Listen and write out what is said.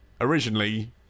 originally